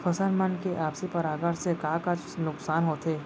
फसल मन के आपसी परागण से का का नुकसान होथे?